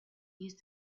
use